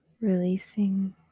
releasing